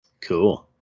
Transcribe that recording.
Cool